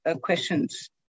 questions